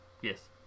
Yes